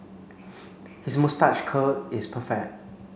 his moustache curl is perfect